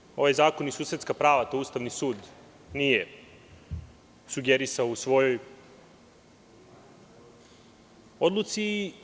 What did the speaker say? Aktivira ovaj zakon i susedska prava, to Ustavni sud nije sugerisao u svojoj odluci.